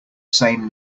same